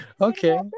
okay